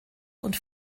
und